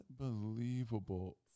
unbelievable